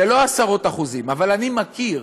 זה לא עשרות אחוזים, אבל אני מכיר